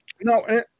No